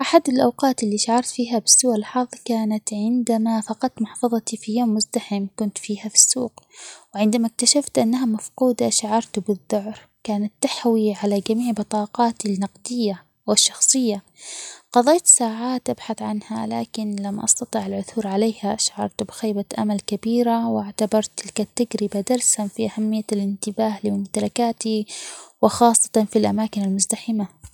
أحد الأوقات اللي شعرت فيها بالسوء الحظ هو عندما فقدت محفظتي في يوم مزدحم كنت فيها في السوق وعندما اكتشفت أنها مفقودة شعرت بالذعر كانت تحوي على جميع بطاقاتي النقدية والشخصية، قضيت ساعات أبحث عنها لكن لم أستطع العثور عليها شعرت بخيبة أمل كبيرة واعتبرت تلك التجربة درساً في أهمية الانتباه لممتلكاتي وخاصةً في الأماكن المزدحمة.